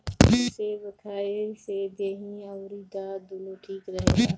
सेब खाए से देहि अउरी दांत दूनो ठीक रहेला